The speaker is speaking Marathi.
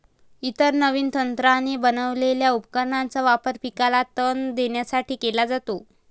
इतर नवीन तंत्राने बनवलेल्या उपकरणांचा वापर पिकाला ताण देण्यासाठी केला जातो